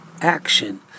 action